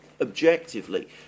objectively